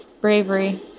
bravery